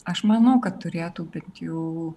aš manau kad turėtų bent jau